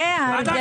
חוק